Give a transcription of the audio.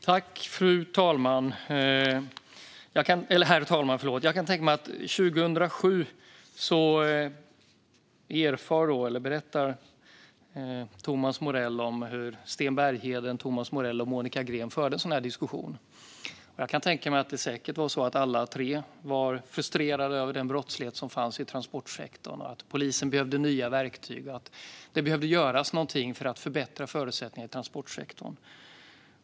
Herr talman! Thomas Morell berättar om hur Sten Bergheden, Monica Green och han förde en sådan här diskussion 2007. Jag kan tänka mig att alla tre var frustrerade över den brottslighet som fanns i transportsektorn och tyckte att polisen behövde nya verktyg och att det behövde göras något för att förbättra förutsättningarna i transportsektorn.